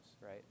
right